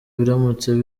biramutse